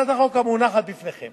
הצעת החוק המונחת בפניכם